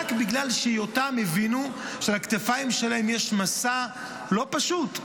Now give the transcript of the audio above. בגלל שהבינו שעל הכתפיים שלהם יש משא לא פשוט,